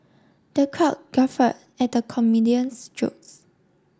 the crowd guffaw at the comedian's jokes